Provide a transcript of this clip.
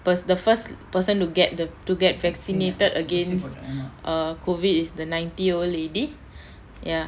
was the first person to get the to get vaccinated against err COVID is the ninety year old lady ya